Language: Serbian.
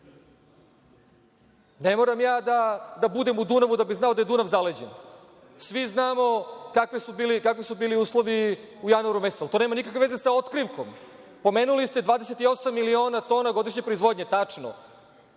Ne moram ja da budem u Dunavu da bih znao da je Dunav zaleđen. Svi znamo kakvi su bili uslovi u januaru mesecu, ali to nema nikakve veze sa otkrivkom. Pomenuli ste 28 miliona tona godišnje proizvodnje. Tačno.